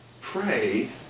pray